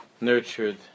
nurtured